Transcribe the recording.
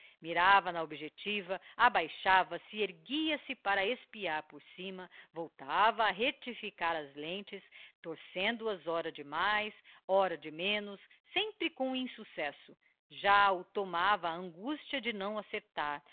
mirava na objectiva abaixava se erguia-se para espiar por cima voltava a rectificar as lentes torcendo as ora de mais ora de menos sempre com insuccesso já o tomava a angustia de não acertar